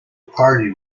party